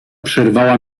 przerwała